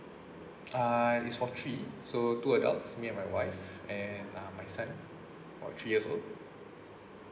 ah it's for three so two adults me and my wife and uh my son of three years old